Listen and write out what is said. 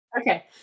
Okay